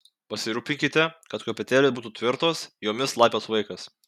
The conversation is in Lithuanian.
pasirūpinkite kad kopėtėlės būtų tvirtos jomis laipios vaikas